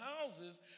houses